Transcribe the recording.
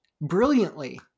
brilliantly